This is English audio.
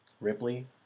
ripley